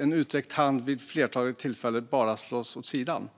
En utsträckt hand slås vid flertalet tillfället bara åt sidan.